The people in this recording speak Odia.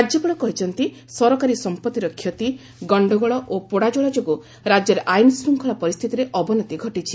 ରାଜ୍ୟପାଳ କହିଛନ୍ତି ସରକାରୀ ସମ୍ପତ୍ତିର କ୍ଷତି ଗଣ୍ଡଗୋଳ ଓ ପୋଡ଼ାଜଳା ଯୋଗୁଁ ରାଜ୍ୟରେ ଆଇନଶ୍ଚଙ୍ଖଳା ପରିସ୍ଥିତିରେ ଅବନତି ଘଟିଛି